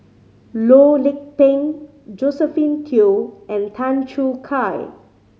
Loh Lik Peng Josephine Teo and Tan Choo Kai